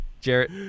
Jarrett